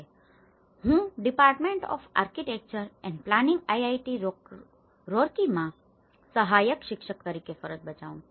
મારું નામ રામ સતીશ છે અને હું Department of Architecture and Planning IIT Roorkee માં સહાયક શિક્ષક તરીકે ફરજ બજાવું છું